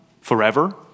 forever